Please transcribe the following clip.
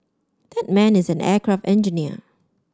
that man is an aircraft engineer